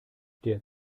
der